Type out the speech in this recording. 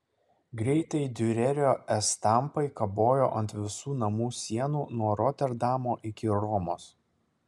greitai diurerio estampai kabojo ant visų namų sienų nuo roterdamo iki romos